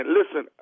Listen